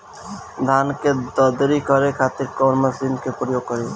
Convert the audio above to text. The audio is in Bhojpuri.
धान के दवनी करे खातिर कवन मशीन के प्रयोग करी?